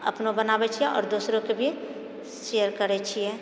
अपनो बनाबैत छियै आओर दोसरोके भी शेयर करैत छियै